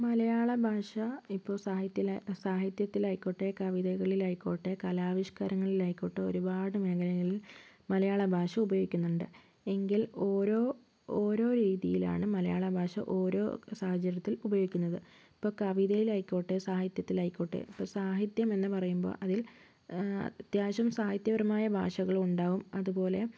മലയാള ഭാഷ ഇപ്പോൾ സാഹിത്യലാ സാഹിത്യത്തിലായിക്കോട്ടെ കവിതകളിലായിക്കോട്ടെ കലാവിഷ്ക്കാരങ്ങളിലായിക്കോട്ടെ ഒരുപാട് മേഖലകളിൽ മലയാള ഭാഷ ഉപയോഗിക്കുന്നുണ്ട് എങ്കിൽ ഓരോ ഓരോ രീതിയിലാണ് മലയാളഭാഷ ഓരോ സാഹചര്യത്തിൽ ഉപയോഗിക്കുന്നത് ഇപ്പം കവിതയിലായിക്കോട്ടെ സാഹിത്യത്തിലായിക്കോട്ടെ ഇപ്പം സാഹിത്യം എന്ന് പറയുമ്പോൾ അതിൽ അത്യാവശ്യം സാഹിത്യപരമായ ഭാഷകളുണ്ടാവും അതുപോലെ